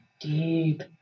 deep